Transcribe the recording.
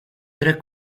tra